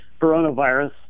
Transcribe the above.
coronavirus